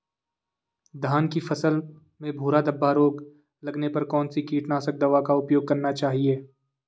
धान की फसल में भूरा धब्बा रोग लगने पर कौन सी कीटनाशक दवा का उपयोग करना चाहिए?